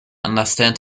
understand